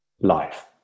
life